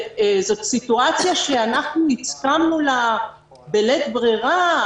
זו סיטואציה שאנחנו הסכמנו לה בלית ברירה.